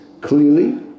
Clearly